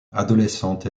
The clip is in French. adolescente